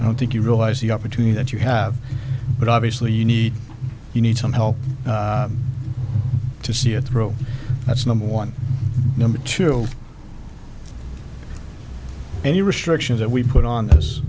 i don't think you realize the opportunity that you have but obviously you need you need some help to see it through that's number one number two any restrictions that we put on th